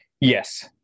Yes